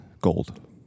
Gold